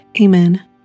Amen